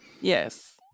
Yes